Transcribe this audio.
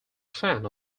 fan